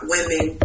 Women